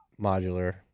modular